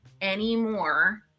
anymore